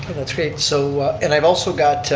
that's great. so and i've also got,